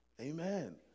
Amen